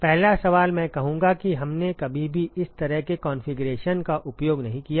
पहला सवाल मैं कहूंगा कि हमने कभी भी इस तरह के कॉन्फ़िगरेशन का उपयोग नहीं किया है